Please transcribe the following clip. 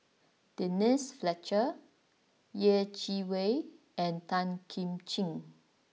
Denise Fletcher Yeh Chi Wei and Tan Kim Ching